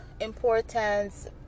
importance